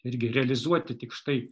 irgi realizuoti tik štai